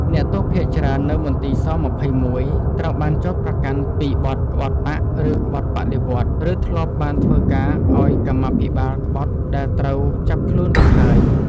អ្នកទោសភាគច្រើននៅមន្ទីរ ស-២១ ត្រូវបានចោទប្រកាន់ពីបទក្បត់បក្សឬក្បត់បដិវត្តន៍ ឬធ្លាប់បានធ្វើការឱ្យ កម្មាភិបាលក្បត់ដែលត្រូវចាប់ខ្លួនរួចហើយ ។